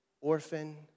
orphan